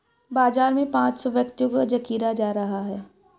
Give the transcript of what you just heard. बाजार में पांच सौ व्यक्तियों का जखीरा जा रहा है